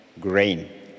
grain